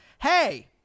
Hey